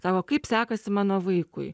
sako kaip sekasi mano vaikui